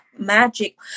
magic